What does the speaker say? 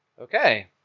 Okay